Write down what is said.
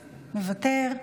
מוותר.